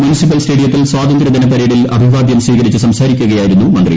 municipal സ്റ്റേഡിയത്തിൽ സ്വാതന്ത്രൃദിന പരേഡിൽ അഭിവാദൃം സ്വീകരിച്ച് സംസാരിക്കുകയായിരുന്നു മന്ത്രി